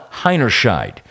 Heinerscheid